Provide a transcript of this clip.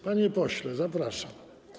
Panie pośle, zapraszam.